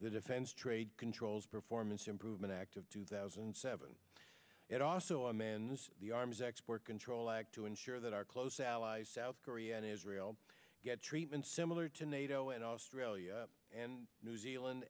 the defense trade controls performance improvement act of two thousand and seven it also a man's the arms export control act to ensure that our close allies south korea and israel get treatment similar to nato and australia and new zealand